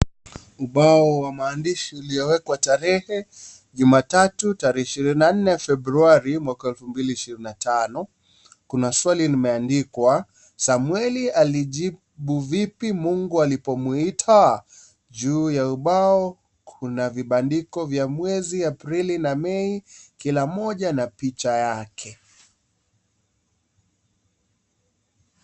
Ubao wa maandishi uliowekwa tarehe jumatatu tarehe ishirini na nne februari mwaka elfu mbili ishirini na tano kuna swali limeandikwa Samuel alijibu vipi Mungu alipo mwitaa?, juu ya ubao kuna vibandiko vya mwezi wa Aprili na Mei kila moja na picha yake .